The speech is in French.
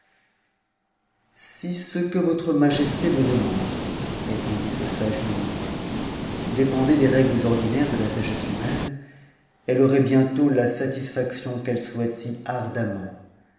si ce que votre majesté me demande répondit ce sage ministre dénpndait des règles ordinaires de la sagesse humaine elle aurait bientôt la satisfaction qu'elle souhaite si ardemment